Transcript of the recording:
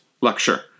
lecture